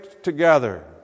Together